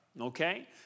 okay